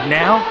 now